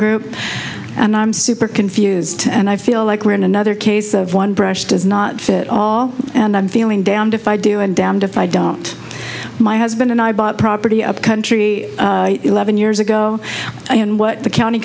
group and i'm super confused and i feel like we're in another case of one brush does not fit all and i'm feeling down to five do and damned if i don't my husband and i bought property up country eleven years ago and what the county